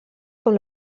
com